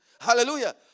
Hallelujah